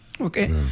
okay